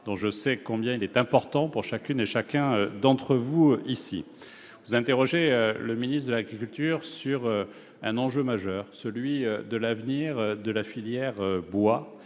dont je sais combien il est important pour chacune et chacun d'entre vous ici. Vous interrogez le ministre de l'agriculture sur un enjeu majeur, celui de l'avenir de la filière bois